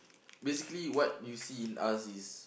basically what you see in us is